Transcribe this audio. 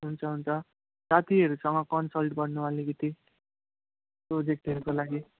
हुन्छ हुन्छ साथीहरूसँग कन्सल्ट गर्नु अलिकति प्रोजेक्टहरूको लागि